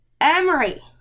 Emery